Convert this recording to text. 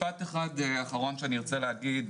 משפט אחד אחרון שאני ארצה להגיד,